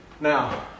Now